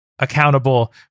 Accountable